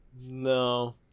No